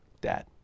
dad